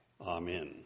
Amen